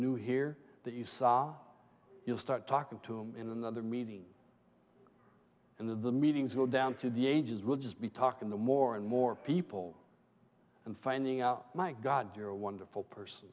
knew here that you saw you'll start talking to him in another meeting and in the meetings go down to the angels will just be talking to more and more people and finding out my god you're a wonderful person